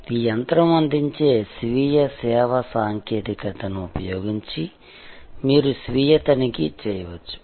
ఈ యంత్రం అందించే స్వీయ సేవ సాంకేతికతను ఉపయోగించి మీరు స్వీయ తనిఖీ చేయవచ్చు